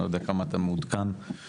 אני לא יודע כמה אתה מעודכן בדיון